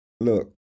look